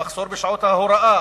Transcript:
המחסור בשעות ההוראה,